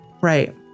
Right